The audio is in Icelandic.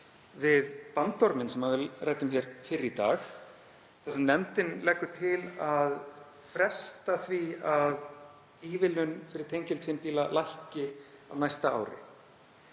við bandorminn sem við ræddum hér fyrr í dag þar sem nefndin leggur til að fresta því að ívilnun fyrir tengiltvinnbíla lækki á næsta ári.